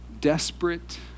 Desperate